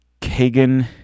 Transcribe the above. Kagan